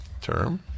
term